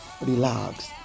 Relax